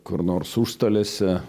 kur nors užstalėse